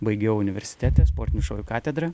baigiau universitete sportinių šokių katedrą